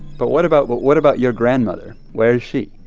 but what about what what about your grandmother? where is she?